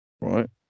Right